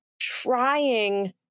trying